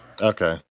Okay